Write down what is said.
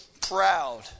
proud